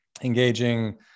engaging